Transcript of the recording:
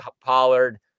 Pollard